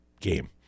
game